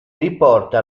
riporta